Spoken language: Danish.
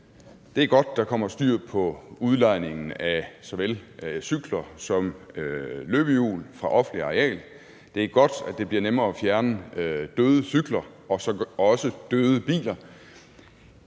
Det er godt, at der kommer styr på udlejningen af såvel cykler som løbehjul fra offentligt areal. Det er godt, at det bliver nemmere at fjerne døde cykler og også døde biler.